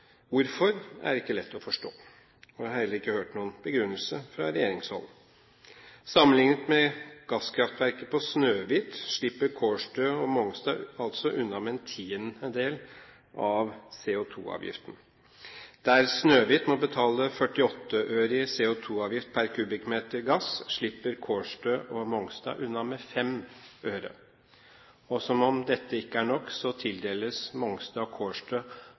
Hvorfor er ikke lett å forstå, og jeg har heller ikke hørt noen begrunnelse fra regjeringshold. Sammenlignet med gasskraftverket på Snøhvit slipper Kårstø og Mongstad altså unna med 1/10> av CO2-avgiften. Der Snøhvit må betale 48 øre i CO2-avgift per m3 gass, slipper Kårstø og Mongstad unna med 5 øre. Og som om dette ikke er nok, tildeles Mongstad og Kårstø